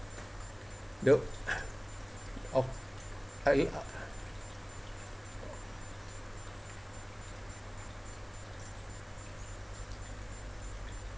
no of I